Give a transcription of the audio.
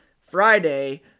Friday